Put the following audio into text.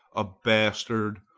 a bastard,